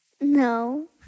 No